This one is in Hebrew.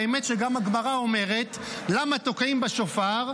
האמת היא שגם הגמרא אומרת: למה תוקעים בשופר?